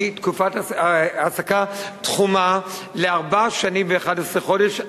תקופת העסקה תחומה לארבע שנים ו-11 חודש,